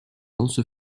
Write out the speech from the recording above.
lance